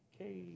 Okay